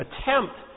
attempt